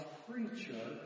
preacher